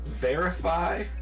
verify